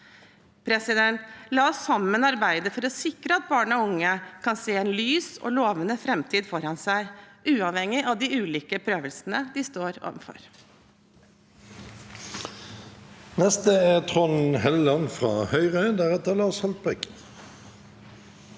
det mest. La oss sammen arbeide for å sikre at barn og unge kan se en lys og lovende framtid foran seg, uavhengig av de ulike prøvelsene de står overfor.